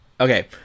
okay